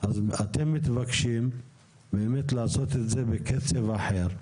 אז אתם מתבקשים באמת לעשות את זה בקצב אחר.